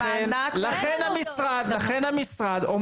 לכן המשרד,